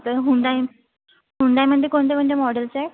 तर हुंडाई हुंडाईमध्ये कोणते कोणते मॉडेल्स आहे